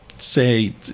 say